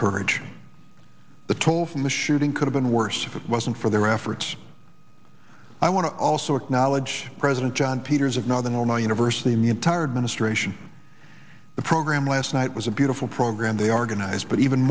courage the toll from the shooting could've been worse if it wasn't for their efforts i want to also acknowledge president john peters of northern illinois university mean tired ministration the program last night was a beautiful program they organized but even